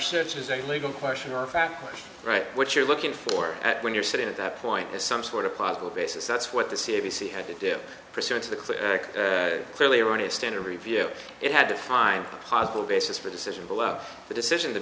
a legal question or a fact right what you're looking for when you're sitting at that point is some sort of possible basis that's what the c b c had to do pursuant to the clear clearly erroneous standard review it had to find a possible basis for decision below the decision t